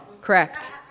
Correct